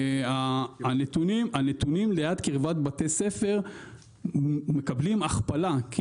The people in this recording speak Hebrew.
הנתונים בקרבת בתי ספר מקבלים הכפלה כי